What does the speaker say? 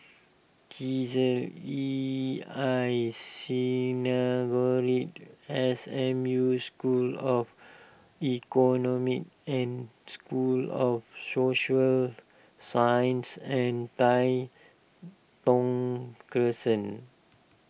Chesed E I Synagogue S M U School of Economy and School of Social Sciences and Tai Thong Crescent